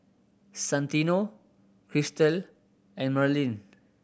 Santino Cristal and Merlin